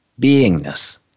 beingness